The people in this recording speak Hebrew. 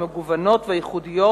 המגוונות והייחודיות,